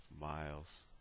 miles